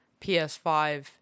PS5